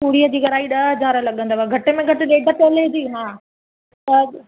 चूड़ी जी घड़ाई ॾह हज़ार लॻंदव घटि में घटि हिकु तोले जी हा